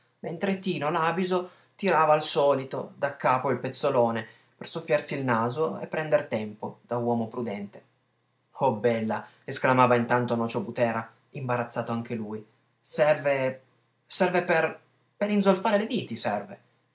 mentre tino làbiso tirava al solito daccapo il pezzolone per soffiarsi il naso e prender tempo da uomo prudente oh bella esclamava intanto nocio butera imbarazzato anche lui serve serve per per inzolfare le viti serve